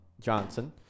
Johnson